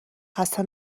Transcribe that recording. خسته